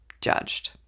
judged